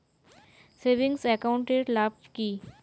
Savings account এর কি লাভ?